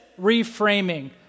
reframing